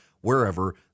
wherever